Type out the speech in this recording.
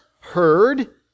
heard